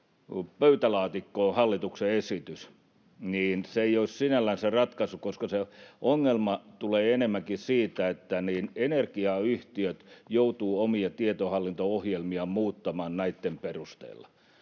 pöytälaatikkoon hallituksen esitys, ei olisi sinällänsä ratkaissut asiaa, koska se ongelma tulee enemmänkin siitä, että energiayhtiöt joutuvat omia tietohallinto-ohjelmiaan muuttamaan näitten perusteella,